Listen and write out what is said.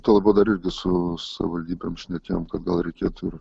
tuo labiau dar ir su savivaldybėm šnekėjom kad gal reikėtų ir